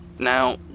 now